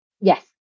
Yes